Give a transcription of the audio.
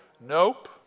nope